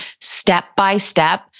step-by-step